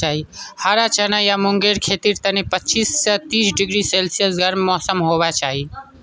हरा चना या मूंगेर खेतीर तने पच्चीस स तीस डिग्री सेल्सियस गर्म मौसम होबा चाई